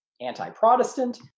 anti-Protestant